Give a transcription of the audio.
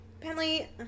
Penley